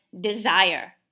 desire